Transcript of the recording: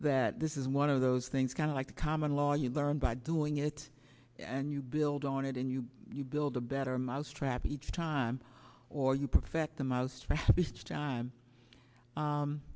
that this is one of those things kind of like common law you learn by doing it and you build on it and you you build a better mousetrap each time or you perfect the most